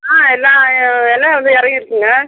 ஆ எல்லாம் எல்லாம் வந்து இறங்கிடுச்சிங்க